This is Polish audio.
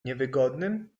niewygodnym